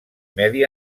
medi